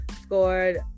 scored